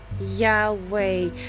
yahweh